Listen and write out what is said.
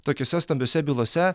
tokiose stambiose bylose